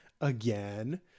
again